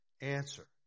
answer